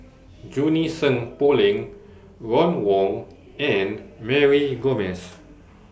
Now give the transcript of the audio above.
Junie Sng Poh Leng Ron Wong and Mary Gomes